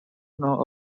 know